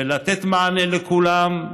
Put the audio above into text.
ולתת מענה לכולם,